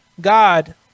God